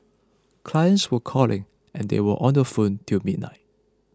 clients were calling and we were on the phone till midnight